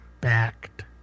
backed